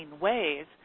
ways